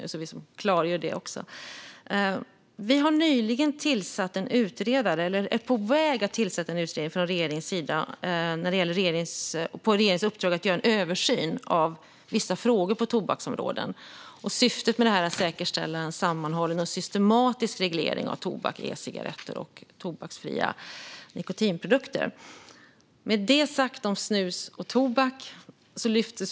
Så har vi klargjort det också. Regeringen är på väg att tillsätta en utredning med uppdraget att göra en översyn av vissa frågor på tobaksområdet. Syftet är att säkerställa en sammanhållen och systematisk reglering av tobak, e-cigaretter och tobaksfria nikotinprodukter - detta sagt om snus och tobak.